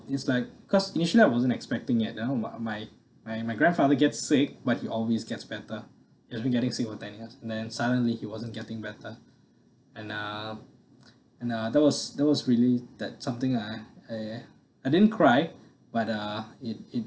it's like because initially I wasn't expecting it then one of my my my grandfather gets sick but he always gets better he wasn't getting sick for ten years and then suddenly he wasn't getting better and uh and uh that was that was really that something I I I didn't cry but ah it it